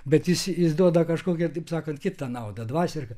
bet jis jis duoda kažkokią taip sakant kitą naudą dvasią